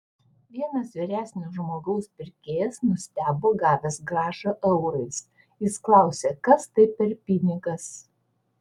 vienas vyresnio amžiaus pirkėjas nustebo gavęs grąžą eurais jis klausė kas tai per pinigas